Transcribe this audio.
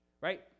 right